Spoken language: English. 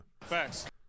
Facts